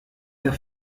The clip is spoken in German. der